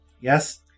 yes